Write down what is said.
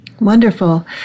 Wonderful